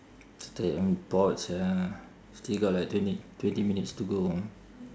damn bored sia still got like twenty twenty minutes to go